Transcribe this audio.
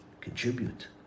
Contribute